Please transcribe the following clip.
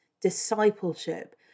discipleship